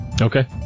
Okay